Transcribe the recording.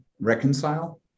reconcile